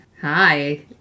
Hi